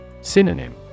Synonym